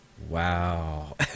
Wow